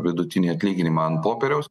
vidutinį atlyginimą ant popieriaus